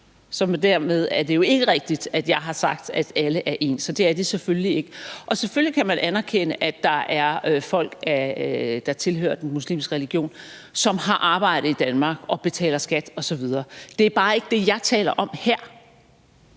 Så dermed er det jo ikke rigtigt, at jeg har sagt, at alle er ens – det er de selvfølgelig ikke. Og selvfølgelig kan man anerkende, at der er folk, der tilhører den muslimske religion, som har arbejde i Danmark og betaler skat osv. Det er bare ikke det, jeg taler om her.